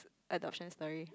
adoption story